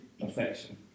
affection